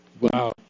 Wow